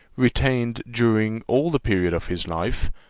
retained during all the period of his life,